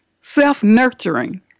self-nurturing